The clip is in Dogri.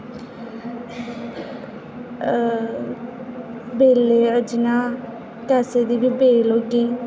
बेल्लै जियां पेसै दी बी बेल जियां